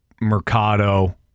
Mercado